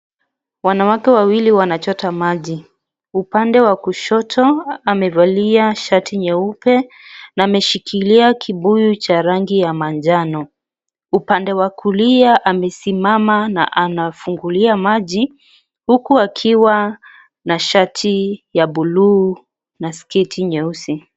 Wanawake wawili wanachota maji , upande wa kushoto amevalia shati nyeupe na ameshikilia kibuyu cha rangi ya manjano. Upande wa kulia amesimama na anafungulia maji huku akiwa na shati ya bluu na sketi nyeusi.